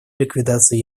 ликвидацию